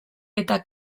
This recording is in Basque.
eta